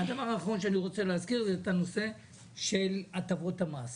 זה את הנושא של הטבות המס.